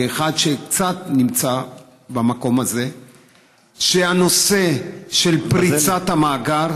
כאחד שקצת נמצא במקום הזה שהנושא של פריצת המאגר